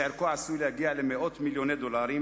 שערכו עשוי להגיע למאות מיליוני דולרים,